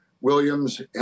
Williams